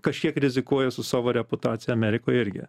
kažkiek rizikuoja su savo reputacija amerikoj irgi